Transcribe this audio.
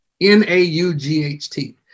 N-A-U-G-H-T